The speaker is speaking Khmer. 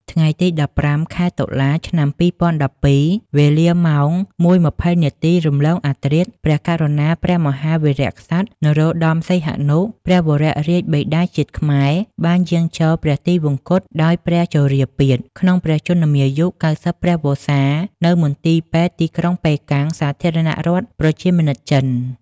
ថ្ងៃទី១៥ ខែតុលា ឆ្នាំ២០១២ វេលាម៉ោង ០១:២០ នាទីរំលងអធ្រាត្រ ព្រះករុណាព្រះមហាវីរក្សត្រ នរោត្ដម សីហនុ ព្រះវររាជបិតាជាតិខ្មែរ បានយាងចូលព្រះទីវង្គតដោយព្រះជរាពាធ ក្នុងព្រះជន្មាយុ ៩០ ព្រះវស្សា នៅមន្ទីរពេទ្យទីក្រុងប៉េកាំង សាធារណរដ្ឋប្រជាមានិតចិន។